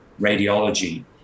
radiology